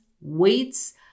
weights